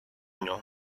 нього